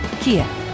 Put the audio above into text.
Kia